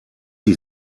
sie